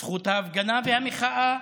זכות ההפגנה והמחאה,